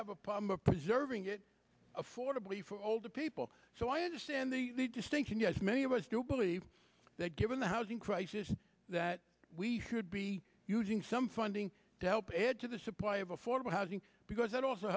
have a problem of preserving it affordably for older people so i understand the distinction yes many of us do believe that given the housing crisis that we should be using some funding to help add to the supply of affordable housing because that also